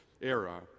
era